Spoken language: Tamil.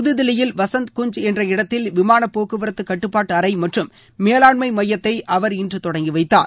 புத்தில்லியில் வசந்த் கன்ச் என்ற இடத்தில் விமானப் போக்குவரத்து கட்டுப்பாட்டு அறை மற்றும் மேலாண்மை எமயத்தை அவர் இன்று தொடங்கி வைத்தார்